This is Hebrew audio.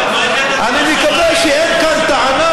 אגב, מה עם, אני מקווה שאין כאן טענה